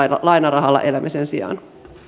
lainarahalla elämisen sijaan